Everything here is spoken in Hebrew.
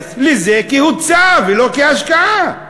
להתייחס לזה כהוצאה ולא כהשקעה?